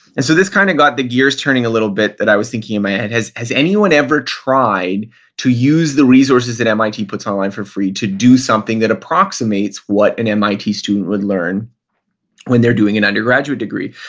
and so this kind of got the gears turning a little bit that i was thinking in my head, has has anyone ever tried to use the resources that mit puts online for free to do something that approximates what an mit student would learn when they're doing an undergraduate degree?